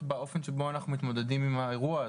באופן שבו אנחנו מתמודדים עם האירוע הזה.